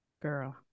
girl